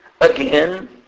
Again